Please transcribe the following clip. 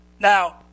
Now